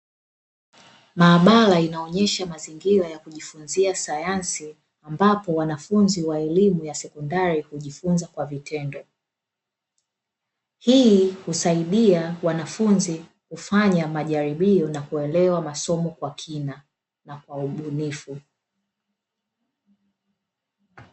Maabara inaonyesha mazingira ya kujifunzia sayansi, ambapo wanafunzi wa elimu ya sekondari hujifunza kwa vitendo. Hii husaidia wanafunzi kufanya majaribio, na kuelewa masomo kwa kina na kwa ubunifu.